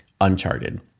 Uncharted